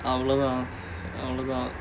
அவ்ளோ தான் அவ்ளோ தான்:avlo thaan avlo thaan